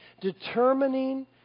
determining